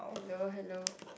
hello hello